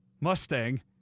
Mustang